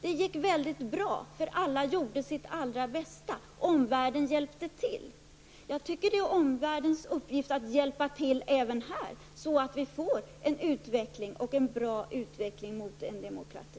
Det gick väldigt bra, därför att alla gjorde sitt allra bästa, och omvärlden hjälpte till. Jag tycker att det är omvärldens uppgift att hjälpa till även i detta fall så att det blir en bra utveckling mot demokrati.